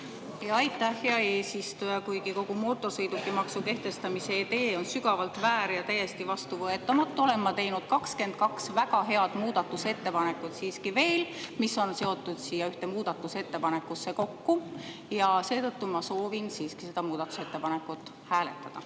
Aitäh, hea eesistuja! Kuigi kogu mootorsõidukimaksu kehtestamise idee on sügavalt väär ja täiesti vastuvõetamatu, olen ma teinud siiski veel 22 väga head muudatusettepanekut, mis on seotud siia ühte muudatusettepanekusse kokku, ja seetõttu ma soovin seda muudatusettepanekut hääletada.